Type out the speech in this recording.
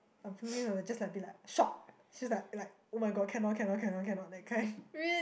just like be like shock she's like like [oh]-my-god cannot cannot cannot cannot that kind